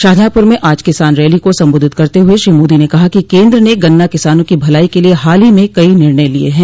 शाहजहांपुर में आज किसान रैली को संबोधित करते हुए श्री मोदी ने कहा कि केन्द्र ने गन्ना किसानों की भलाई के लिए हाल ही में कई निर्णय लिए हैं